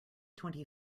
twenty